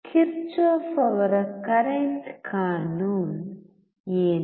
Kirchhoff ಅವರ current ಕಾನೂನು ಏನು